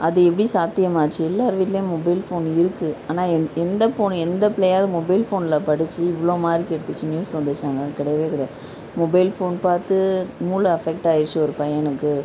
அது எப்படி சாத்தியம் ஆச்சு எல்லார் வீட்டிலயும் மொபைல் ஃபோன் இருக்குது ஆனால் எந் எந்த ஃபோன் எந்த பிள்ளையாவது மொபைல் ஃபோன்ல படித்து இவ்வளோ மார்க் எடுத்துச்சு நியூஸ் வந்துச்சாங்க கிடையவே கிடையாது மொபைல் ஃபோன் பார்த்து மூளை அஃபெக்ட் ஆயிடுச்சு ஒரு பையனுக்கு